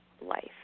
life